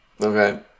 Okay